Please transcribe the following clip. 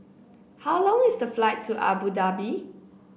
how long is the flight to Abu Dhabi